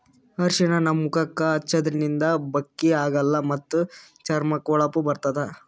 ಅರ್ಷಿಣ ನಮ್ ಮುಖಕ್ಕಾ ಹಚ್ಚದ್ರಿನ್ದ ಬಕ್ಕಿ ಆಗಲ್ಲ ಮತ್ತ್ ಚರ್ಮಕ್ಕ್ ಹೊಳಪ ಬರ್ತದ್